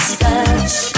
touch